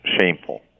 shameful